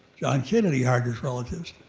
john kennedy hired his relatives.